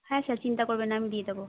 হ্যাঁ স্যার চিন্তা করবেন না আমি দিয়ে দেবো